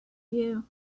you